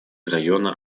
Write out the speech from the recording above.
района